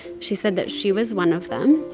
she said that she was one of them.